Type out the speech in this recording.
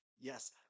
Yes